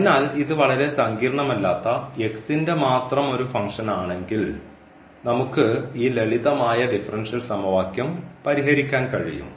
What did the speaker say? അതിനാൽ ഇത് വളരെ സങ്കീർണ്ണമല്ലാത്ത ന്റെ മാത്രം ഒരു ഫങ്ക്ഷൻ ആണെങ്കിൽ നമുക്ക് ഈ ലളിതമായ ഡിഫറൻഷ്യൽ സമവാക്യം പരിഹരിക്കാൻ കഴിയും